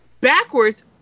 backwards